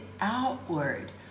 outward